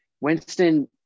Winston